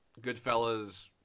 Goodfellas